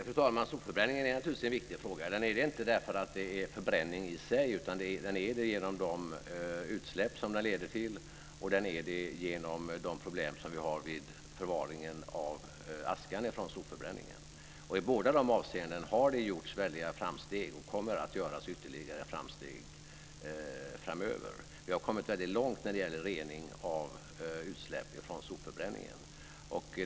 Fru talman! Sopförbränningen är naturligtvis en viktig fråga. Den är viktig inte därför att det är förbränning i sig utan genom de utsläpp som den leder till och genom de problem som finns vid förvaringen av askan från sopförbränningen. I båda de avseendena har det gjorts väldiga framsteg och kommer att göras ytterligare framsteg framöver. Vi har kommit väldigt långt när det gäller rening av utsläpp från sopförbränningen.